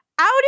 Out